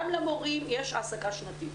גם למורים יש העסקה שנתית.